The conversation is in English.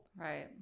Right